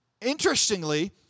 Interestingly